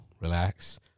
Relax